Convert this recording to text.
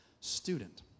student